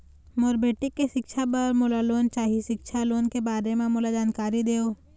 मोर बेटी के सिक्छा पर मोला लोन चाही सिक्छा लोन के बारे म मोला जानकारी देव?